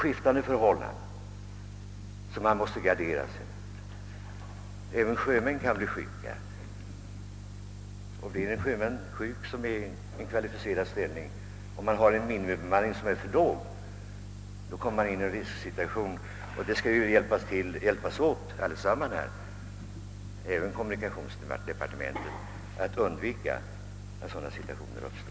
Förhållandena är så skiftande att man måste gardera sig. Även sjömän kan bli sjuka, och blir en sjöman i kvalificerad ställning sjuk och fartyget har för låg bemanning, råkar man in i en risksituation. Vi måste alla, även kommunikationsdepartementet, hjälpa till att försöka undvika att sådana situationer uppstår.